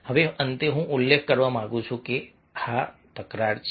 હવે અંતે હું ઉલ્લેખ કરવા માંગુ છું કે હા તકરાર છે